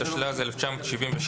התשל"ז-1977,